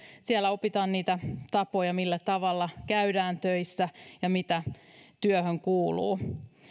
siellä opitaan niitä tapoja millä tavalla käydään töissä ja mitä työhön kuuluu